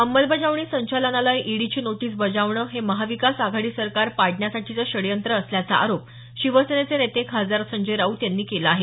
अंमलबजावणी संचालनालय ईडीची नोटीस बजावणं हे महाविकास आघाडी सरकार पाडण्यासाठीचं षडयंत्र असल्याचा आरोप शिवसेनेचे नेते खासदार संजय राऊत यांनी केला आहे